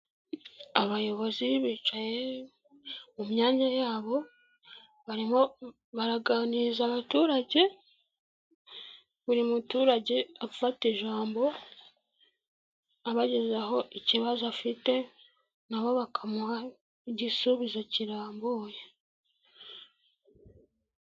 Abayobozi bicaye mu myanya yabo baraganiriza abaturage, buri muturage afata ijambo abagezaho ikibazo afite nanbo bakamuha igisubizo kirambuye.